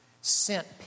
sent